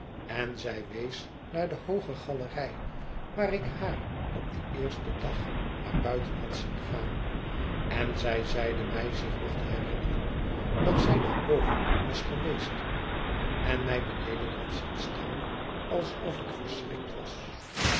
en zij wees naar de hooge galerij war ik haar op dien eersten dag naar buiten had zien gaan en zij zeide mij zich nog te herinneren dat zij daar boven was geweest en mij beneden had zien staan alsof ik verschrikt was